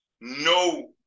No